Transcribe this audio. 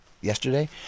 yesterday